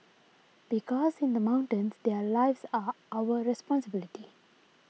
because in the mountains their lives are our responsibility